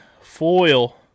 foil